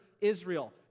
Israel